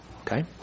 Okay